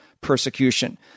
persecution